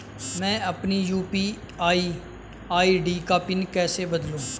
मैं अपनी UPI ID का पिन कैसे बदलूं?